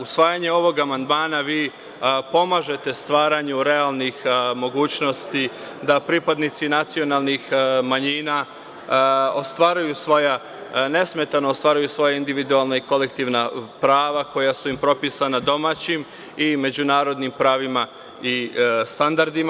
Usvajanjem ovog amandmana vi pomažete stvaranju realnih mogućnosti da pripadnici nacionalnih manjina nesmetano ostvaruju svoja individualna i kolektivna prava koja su im propisana domaćim i međunarodnim pravima i standardima.